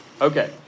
Okay